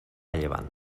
llevant